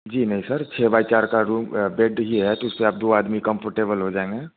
जी नहीं सर छः बाई चार का रूम बेड ही है तो इस पर आप दो आदमी कम्फूर्टेबल हो जाएँगे